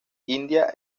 india